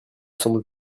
semble